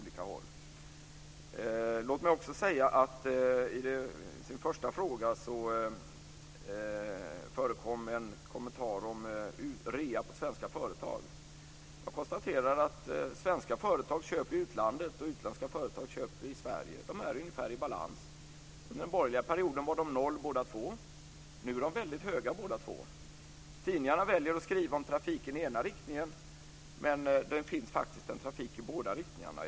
Låt mig också säga att i den första frågan förekom en kommentar om rea på svenska företag. Jag konstaterar att svenska företag köper i utlandet, och utländska företag köper i Sverige. De är ungefär i balans. Under den borgerliga perioden var båda två noll. Nu är båda två väldigt höga. Tidningarna väljer att skriva om trafiken i ena riktningen, men det finns faktiskt en trafik i båda riktningarna.